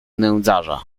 nędzarza